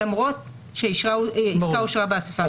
למרות שהעסקה אושרה באספה הכללית.